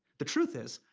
the truth is,